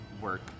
work